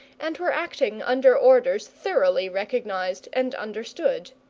and were acting under orders thoroughly recognised and understood.